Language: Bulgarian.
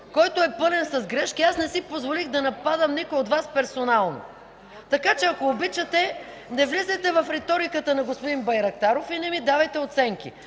който е пълен с грешки, аз не си позволих да нападам никой от Вас персонално, така че, ако обичате, не влизайте в риториката на господин Байрактаров и не ми давайте оценки,